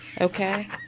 Okay